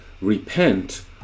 repent